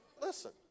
listen